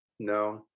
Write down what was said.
No